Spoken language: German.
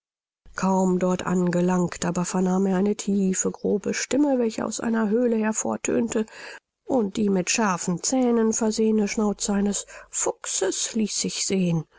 kaum dort angelangt aber vernahm er eine tiefe grobe stimme welche aus einer höhle hervortönte und die mit scharfen zähnen versehene schnauze eines fuchses ließ sich sehen